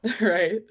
Right